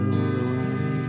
away